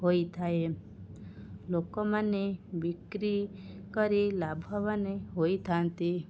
ହୋଇଥାଏ ଲୋକମାନେ ବିକ୍ରି କରି ଲାଭବାନ ହୋଇଥାନ୍ତି